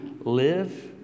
live